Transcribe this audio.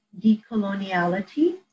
Decoloniality